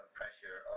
pressure